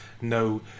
no